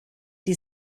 die